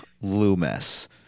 Loomis